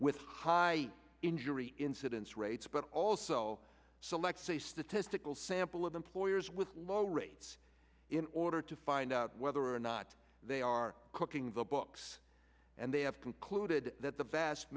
with high injury incidence rates but also selects a statistical sample of employers with lower rates in order to find out whether or not they are cooking the books and they have concluded that the vast